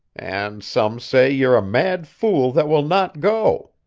and some say you're a mad fool that will not go.